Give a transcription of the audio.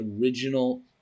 original